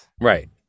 Right